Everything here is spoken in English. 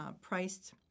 priced